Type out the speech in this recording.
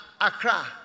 Accra